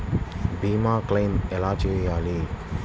భీమ క్లెయిం ఎలా చేయాలి?